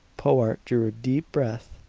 powart drew a deep breath.